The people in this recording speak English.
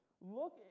Look